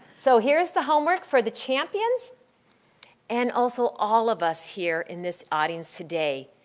so here is the homework for the champions and also all of us here in this audience today.